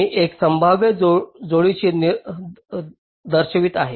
मी एक संभाव्य जोडणी दर्शवित आहे